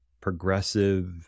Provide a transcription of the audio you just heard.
progressive